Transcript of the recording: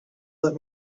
let